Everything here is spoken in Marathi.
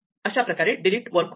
अशाप्रकारे डिलीट वर्क होते